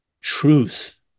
truth